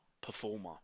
performer